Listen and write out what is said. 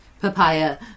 papaya